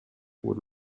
would